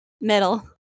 Middle